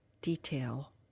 detail